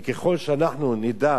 כי ככל שאנחנו נדע